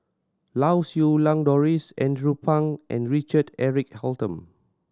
Lau Siew Lang Doris Andrew Phang and Richard Eric Holttum